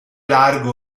largo